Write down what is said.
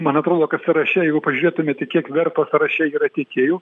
man atrodo kad sąraše jeigu pažiūrėtumėte kiek verpo sąraše yra tiekėjų